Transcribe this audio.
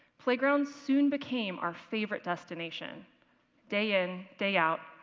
playgrounds soon became our favorite destination day-in day-out.